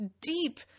deep